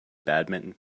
badminton